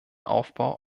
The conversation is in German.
aufbau